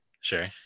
sure